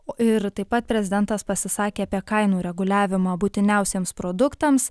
ir taip pat prezidentas pasisakė apie kainų reguliavimą būtiniausiems produktams